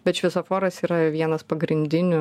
bet šviesoforas yra vienas pagrindinių